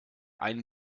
einen